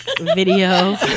video